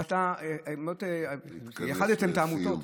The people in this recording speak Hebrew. ואתה באמת, תתכנס לסיום.